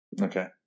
Okay